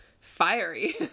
fiery